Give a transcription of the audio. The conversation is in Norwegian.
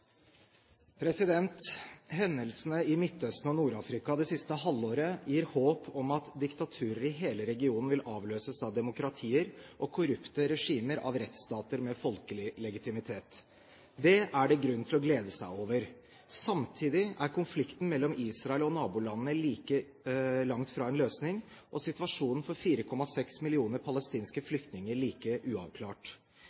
ferdigbehandlet. Hendelsene i Midtøsten og Nord-Afrika det siste halvåret gir håp om at diktaturer i hele regionen vil avløses av demokratier, og korrupte regimer av rettsstater med folkelig legitimitet. Det er det grunn til å glede seg over. Samtidig er konflikten mellom Israel og nabolandene like langt fra en løsning, og situasjonen for 4,6 millioner palestinske